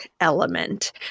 element